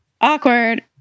Awkward